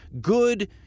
good